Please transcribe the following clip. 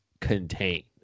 contain